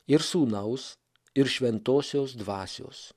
ir sūnaus ir šventosios dvasios